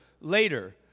later